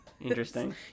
interesting